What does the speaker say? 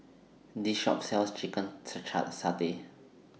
This Shop sells Chicken Satay